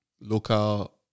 local